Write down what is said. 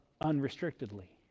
unrestrictedly